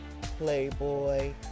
playboy